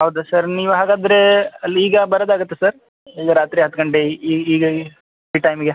ಹೌದಾ ಸರ್ ನೀವು ಹಾಗಾದರೆ ಅಲ್ಲಿ ಈಗ ಬರೋದು ಆಗುತ್ತಾ ಸರ್ ಈಗ ರಾತ್ರಿ ಹತ್ತು ಗಂಟೆ ಈಗ ಈ ಟೈಮಿಗೆ